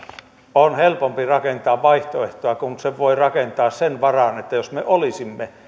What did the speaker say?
on helpompi rakentaa vaihtoehtoa kun sen voi rakentaa sen varaan että jos me olisimme